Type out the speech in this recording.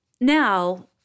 now